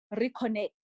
reconnect